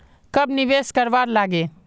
कब निवेश करवार लागे?